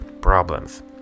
problems